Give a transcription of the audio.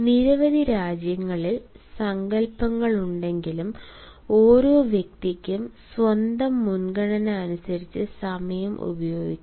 നിരവധി രാജ്യങ്ങളിൽ സങ്കൽപ്പങ്ങളുണ്ടെങ്കിലും ഓരോ വ്യക്തിയും സ്വന്തം മുൻഗണന അനുസരിച്ച് സമയം ഉപയോഗിക്കുന്നു